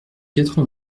quatre